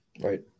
Right